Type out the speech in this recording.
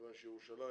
מכיוון שלירושלים